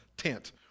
tent